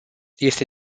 este